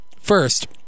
First